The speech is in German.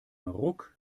ruck